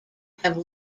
have